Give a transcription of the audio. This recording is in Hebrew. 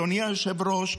אדוני היושב-ראש,